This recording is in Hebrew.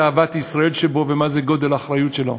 אהבת ישראל שבו ומה היה גודל האחריות שלו.